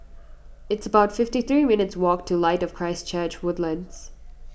it's about fifty three minutes' walk to Light of Christ Church Woodlands